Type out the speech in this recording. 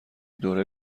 دوره